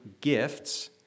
gifts